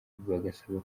bagasaba